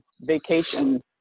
vacation